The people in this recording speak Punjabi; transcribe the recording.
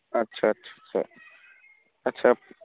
ਅੱਛਾ ਅੱਛਾ ਅੱਛਾ